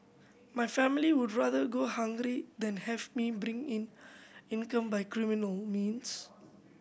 my family would rather go hungry than have me bring in income by criminal means